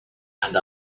and